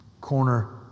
corner